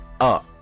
up